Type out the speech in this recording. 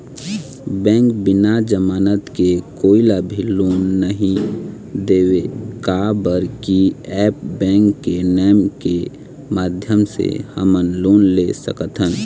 Bank बिना जमानत के कोई ला भी लोन नहीं देवे का बर की ऐप बैंक के नेम के माध्यम से हमन लोन ले सकथन?